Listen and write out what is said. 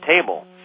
table